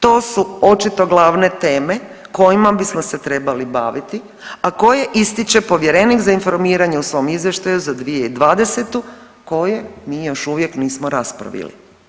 To su očito glavne teme kojima bismo se trebali baviti, a koje ističe povjerenik za informiranje u svom izvještaju za 2020. koje mi još uvijek nismo raspravili.